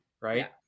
Right